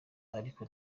ariko